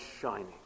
shining